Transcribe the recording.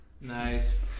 Nice